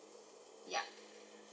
ya